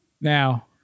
Now